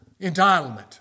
entitlement